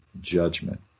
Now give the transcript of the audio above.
judgment